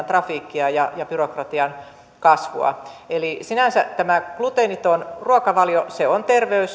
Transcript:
trafiikkia ja ja byrokratian kasvua eli sinänsä tämä gluteeniton ruokavalio on